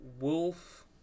wolf